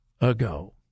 ago